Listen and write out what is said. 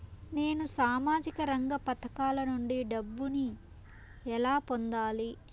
నేను సామాజిక రంగ పథకాల నుండి డబ్బుని ఎలా పొందాలి?